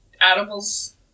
animals